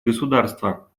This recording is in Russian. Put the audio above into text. государства